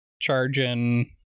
charging